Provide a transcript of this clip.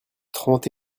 trente